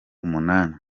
umunani